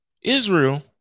Israel